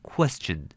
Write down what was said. ,Question